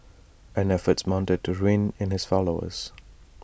and efforts mounted to rein in his followers